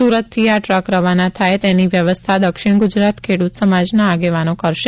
સુરતથી આ ટ્રક રવાના થાય તેની વ્યવસ્થા દક્ષિણ ગુજરાત ખેડૂત સમાજના આગેવાનો કરશે